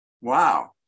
Wow